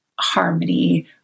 harmony